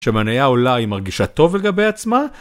כשמנייה אולי היא מרגישה טובה לגבי עצמה?